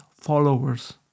followers